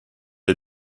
jäi